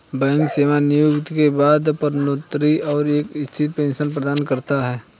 bank सेवानिवृत्ति के बाद पदोन्नति और एक स्थिर पेंशन प्रदान करता है